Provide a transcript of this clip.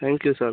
thank you sir